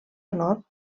honor